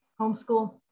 Homeschool